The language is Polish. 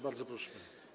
Bardzo proszę.